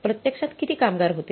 प्रत्यक्षात किती कामगार होते